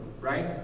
right